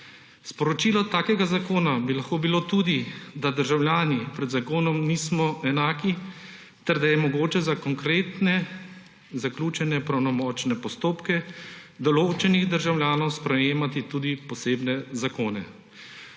Sporočilo takega zakona bi lahko bilo tudi, da državljani pred zakonom nismo enaki ter da je mogoče za konkretne zaključene pravnomočne postopke določenih državljanov sprejemati tudi posebne zakone.